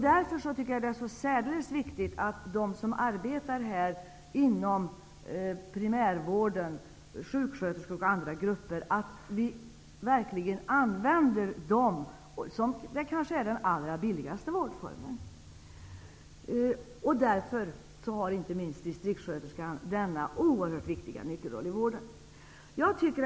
Därför tycker jag att det är särdeles viktigt att de som arbetar inom primärvården -- sjuksköterskor m.fl. grupper -- används. Det är kanske också är den allra billigaste vårdformen. Därför har inte minst distriktssköterskan en oerhört viktig nyckelroll i vården. Herr talman!